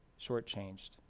shortchanged